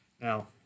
Now